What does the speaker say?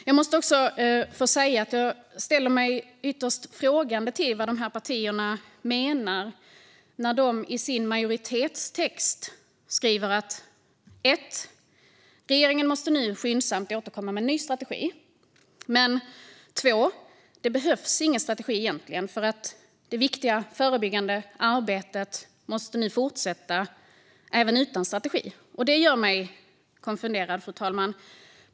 Jag måste också säga att jag ställer mig ytterst frågande till vad dessa partier menar när de i sin majoritetstext skriver att regeringen nu skyndsamt måste återkomma med en ny strategi men samtidigt att det egentligen inte behövs någon strategi och att det viktiga förebyggande arbetet måste fortsätta utan strategi. Det här gör mig konfunderad, fru talman.